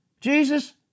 Jesus